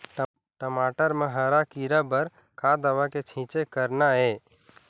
टमाटर म हरा किरा बर का दवा के छींचे करना ये?